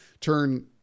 turn